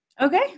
Okay